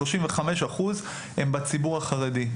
35% הם בציבור החרדי,